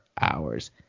hours